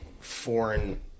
foreign